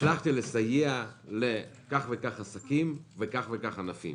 הצלחתי לסייע לכך וכך עסקים, לכך וכך ענפים